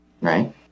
right